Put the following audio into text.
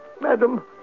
madam